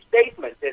statement